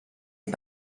est